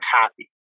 happy